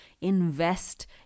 invest